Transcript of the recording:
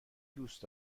دوست